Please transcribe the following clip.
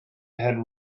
had